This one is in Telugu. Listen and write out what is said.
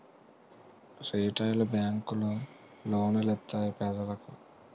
రిటైలు బేంకులు లోను లిత్తాయి పెజలకు